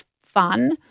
fun